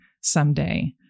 someday